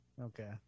Okay